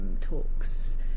talks